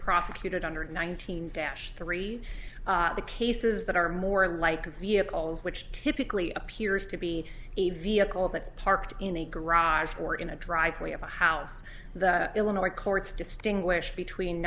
prosecuted under nineteen dash three the cases that are more like a vehicles which typically appears to be a vehicle that's parked in the garage or in a driveway of a house the illinois courts distinguish between